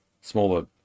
smaller